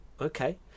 Okay